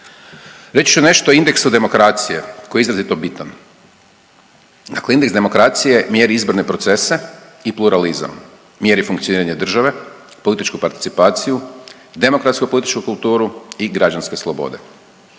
Reći ću nešto o indeksu demokracije koji je izrazito bitan. Dakle, indeks demokracije mjeri izborne procese i pluralizam, mjeri funkcioniranje države, političku participaciju, demokratsko političku kulturu i građanske slobode.